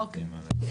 אוקיי.